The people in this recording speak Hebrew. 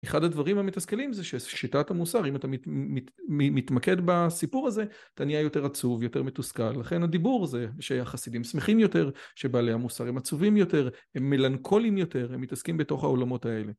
אחד הדברים המתסכלים זה ששיטת המוסר, אם אתה מתמקד בסיפור הזה, אתה נהיה יותר עצוב, יותר מתוסכל, לכן הדיבור זה שהחסידים שמחים יותר, שבעלי המוסר הם עצובים יותר, הם מלנכוליים יותר, הם מתעסקים בתוך העולמות האלה.